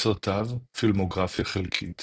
מסרטיו – פילמוגרפיה חלקית